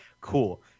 cool